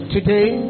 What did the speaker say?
Today